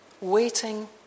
waiting